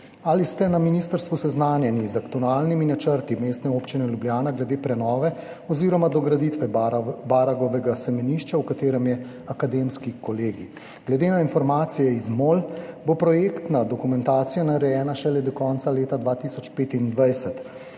Ali ste na ministrstvu seznanjeni z aktualnimi načrti Mestne občine Ljubljana glede prenove oziroma dograditve Baragovega semenišča, v katerem je Akademski kolegij? Glede na informacije iz MOL bo projektna dokumentacija narejena šele do konca leta 2025.